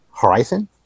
horizon